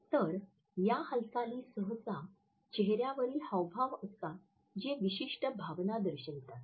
तर या हालचाली सहसा चेहऱ्यावरील हावभाव असतात जे विशिष्ट भावना दर्शवितात